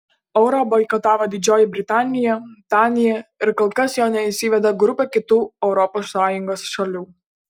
eurą boikotavo didžioji britanija danija ir kol kas jo neįsiveda grupė kitų europos sąjungos šalių